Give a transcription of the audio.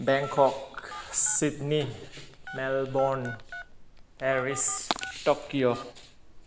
Bangkok Sydney Melbourne Paris Tokyo